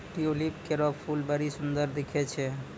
tulip केरो फूल बड्डी सुंदर दिखै छै